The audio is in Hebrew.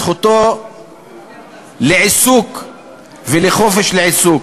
זכותו לעיסוק ולחופש עיסוק.